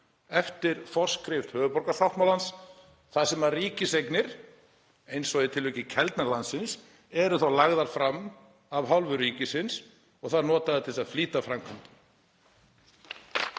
eftir forskrift höfuðborgarsáttmálans þar sem ríkiseignir, eins og í tilviki Keldnalandsins, eru þá lagðar fram af hálfu ríkisins og þær notaðir til að flýta framkvæmdum?